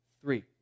Three